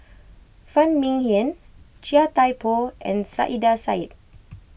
Phan Ming Yen Chia Thye Poh and Saiedah Said